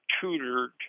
tutored